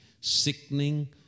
sickening